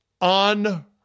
on